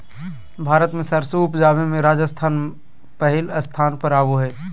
भारत मे सरसों उपजावे मे राजस्थान पहिल स्थान पर आवो हय